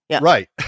Right